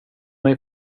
mig